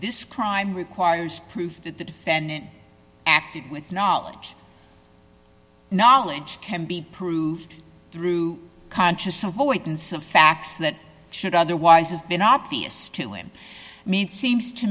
this crime requires proof that the defendant acted with knowledge knowledge can be proved through conscious avoidance of facts that should otherwise have been obvious to him made seems to